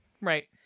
Right